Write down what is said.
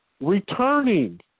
returning